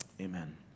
Amen